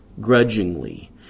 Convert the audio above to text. grudgingly